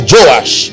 Joash